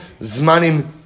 Zmanim